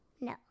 No